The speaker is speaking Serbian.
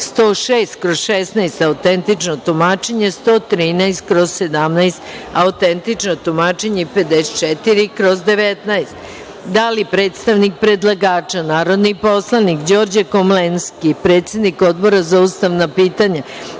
106/16 – autentično tumačenje, 113/17 – autentično tumačenje i 54/19).Da li predstavnik predlagača, narodni poslanik Đorđe Komlenski, predsednik Odbora za ustavna pitanja